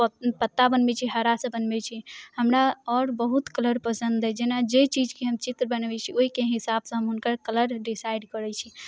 पत्ता बनबैत छी हरा से बनबैत छी हमरा आओर बहुत कलर पसंद अछि जेना जेहि चीजके हम चित्र बनबैत छी ओहिके हिसाब से हम हुनकर कलर डिसाइड करैत छी